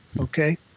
okay